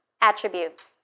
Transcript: attribute